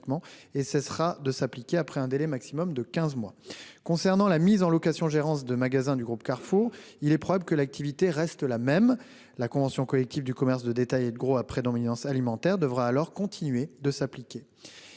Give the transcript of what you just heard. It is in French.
et cessera après un délai maximum de quinze mois. Concernant la mise en location-gérance de magasins du groupe Carrefour, il est probable que l'activité reste la même. La convention collective du commerce de détail et de gros à prédominance alimentaire devra alors continuer de s'appliquer.